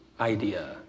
idea